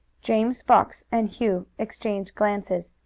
james fox and hugh exchanged glances.